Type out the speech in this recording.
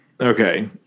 Okay